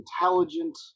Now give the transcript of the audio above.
intelligent